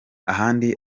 ahandi